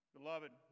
Beloved